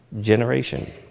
generation